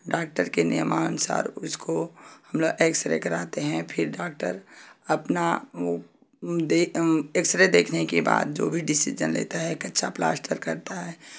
doctor के नियमानुसार उसको एक्स रे कराते हैं फिर डॉक्टर अपना एक्स रे देखने के बाद जो भी डिसीजन लेता है कच्चा प्लास्टर करता है